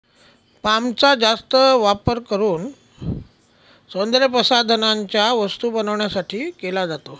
पामचा जास्त करून वापर सौंदर्यप्रसाधनांच्या वस्तू बनवण्यासाठी केला जातो